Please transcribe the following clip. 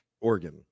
Oregon